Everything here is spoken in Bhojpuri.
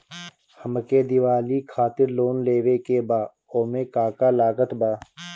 हमके दिवाली खातिर लोन लेवे के बा ओमे का का लागत बा?